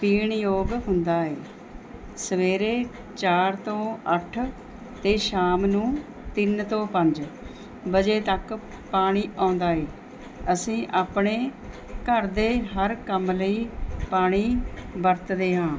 ਪੀਣ ਯੋਗ ਹੁੰਦਾ ਹੈ ਸਵੇਰੇ ਚਾਰ ਤੋਂ ਅੱਠ ਅਤੇ ਸ਼ਾਮ ਨੂੰ ਤਿੰਨ ਤੋਂ ਪੰਜ ਵਜੇ ਤੱਕ ਪਾਣੀ ਆਉਂਦਾ ਹੈ ਅਸੀਂ ਆਪਣੇ ਘਰ ਦੇ ਹਰ ਕੰਮ ਲਈ ਪਾਣੀ ਵਰਤਦੇ ਹਾਂ